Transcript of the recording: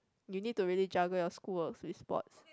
you need to really juggle your school work with sports